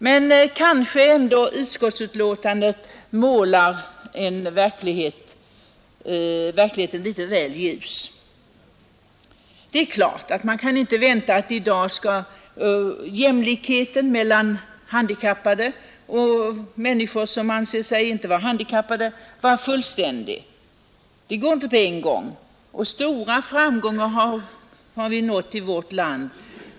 Men kanske ändå utskottsbetänkandet målar verkligheten litet väl ljus. Det är klart att man inte kan vänta att jämlikheten mellan handikappade och människor, som inte anser sig vara handikappade, i dag skall vara fullständig. Det går inte på en gång. Vi har nått stora framgångar i vårt land.